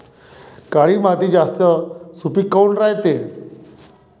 काळी माती जास्त सुपीक काऊन रायते?